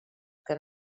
que